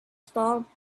stopped